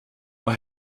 but